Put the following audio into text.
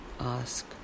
ask